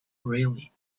really